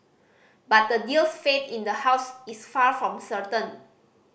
but the deal's fate in the House is far from certain